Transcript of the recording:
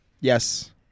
yes